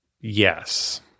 Yes